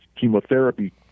chemotherapy